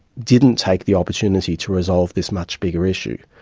didn't take the opportunity to resolve this much bigger issue.